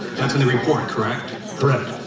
that's in the report, correct? correct.